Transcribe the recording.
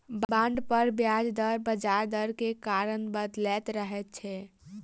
bond पर ब्याज दर बजार दर के कारण बदलैत रहै छै